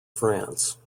france